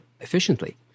efficiently